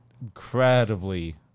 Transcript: incredibly